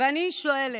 אני שואלת,